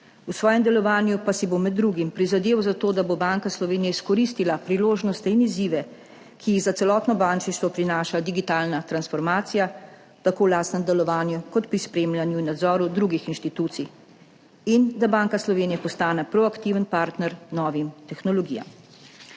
V svojem delovanju pa si bo med drugim prizadeval za to, da bo Banka Slovenije izkoristila priložnosti in izzive, ki jih za celotno bančništvo prinaša digitalna transformacija, tako v lastnem delovanju kot pri spremljanju in nadzoru drugih institucij, in da Banka Slovenije postane proaktiven partner novim tehnologijam.